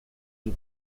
une